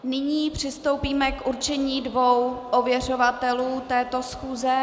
Nyní přistoupíme k určení dvou ověřovatelů této schůze.